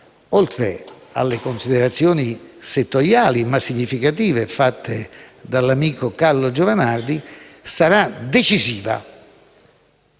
oltre alle considerazioni settoriali, ma significative, fatte dall'amico Carlo Giovanardi, sarà decisiva